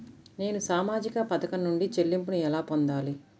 నేను సామాజిక పథకం నుండి చెల్లింపును ఎలా పొందాలి?